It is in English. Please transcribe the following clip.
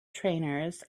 trainers